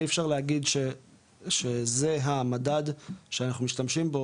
תמיד אפשר להגיד שזה המדד שאנחנו משתמשים בו,